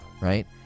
Right